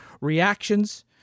reactions